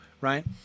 right